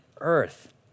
earth